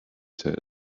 said